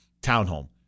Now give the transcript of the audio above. Townhome